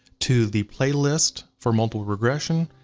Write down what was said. to the playlist for multiple regression,